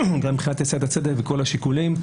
גם מבחינת עשיית הצדק וכל השיקולים.